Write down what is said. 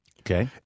Okay